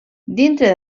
dintre